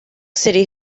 city